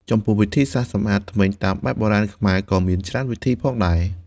ចំពោះវិធីសាស្រ្តសម្អាតធ្មេញតាមបែបបុរាណខ្មែរ ក៏មានច្រើនវិធីផងដែរ។